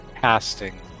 casting